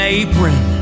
apron